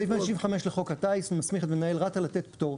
סעף 165 לחוק הטיס מסמיך את מנהל רת"א לתת פטור.